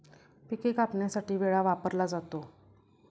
पिके कापण्यासाठी विळा वापरला जातो